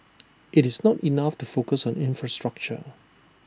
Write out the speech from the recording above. it's not enough to focus on infrastructure